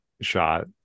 shot